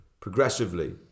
progressively